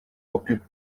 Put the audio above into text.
occupe